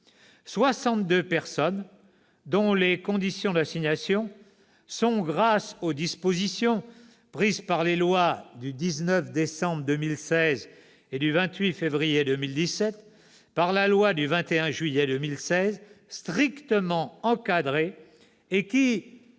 62 personnes, dont les conditions d'assignation sont, grâce aux dispositions prises par les lois du 19 décembre 2016 et du 28 février 2017, ainsi que par la loi du 21 juillet 2016, strictement encadrées, et qui,